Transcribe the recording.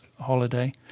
holiday